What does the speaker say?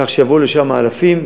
כך שיבואו לשם אלפים.